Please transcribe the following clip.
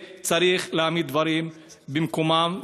צריך להעמיד דברים במקומם,